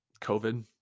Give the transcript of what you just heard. COVID